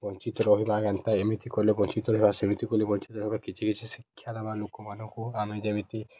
ବଞ୍ଚିତ ରହିବା କେନ୍ତା ଏମିତି କଲେ ବଞ୍ଚିତ ରହିବା ସେମିତି କଲେ ବଞ୍ଚିତ ରହିବା କିଛି କିଛି ଶିକ୍ଷା ଦେବା ଲୋକମାନଙ୍କୁ ଆମେ ଯେମିତି